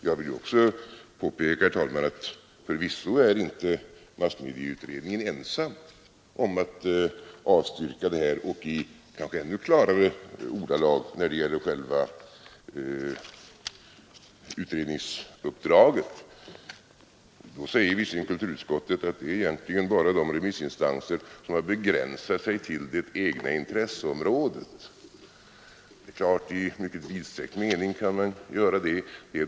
Jag vill också påpeka, herr talman, att massmedieutredningen förvisso inte är ensam om att avstyrka detta förslag — andra remissinstanser gör det i kanske ännu klarare ordalag när det gäller själva utredningsuppdraget. Då säger kulturutskottet att de remissinstanser som avvisat tanken på en utredning är de som har begränsat sig till det egna intresseområdet. Det är klart att man kan se saken så, om man tar begreppet intresseområde i mycket vidsträckt mening.